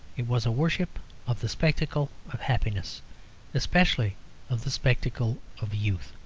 it was a worship of the spectacle of happiness especially of the spectacle of youth.